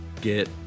Get